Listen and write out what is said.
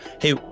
hey